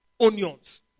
onions